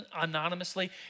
anonymously